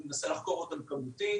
אני מנסה לחקור אותם כמותית.